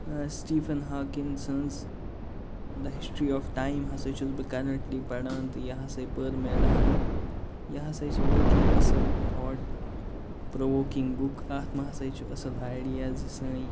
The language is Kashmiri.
ٲں سِٹیفٕن ہاکِن سٕنٛز دَ ہسٹرٛی آف ٹایِم ہسا چھُس بہٕ کَرَنٛٹلی پران تہٕ یہِ ہسا پٔرۍ مےٚ أڈہانہٕ یہِ ہسا چھِ وٲقعٕے اصٕل تھاٹ پرٛووکِنٛگ بُک اَتھ منٛز ہسا چھُ اصٕل ایڈیا زِ سٲنۍ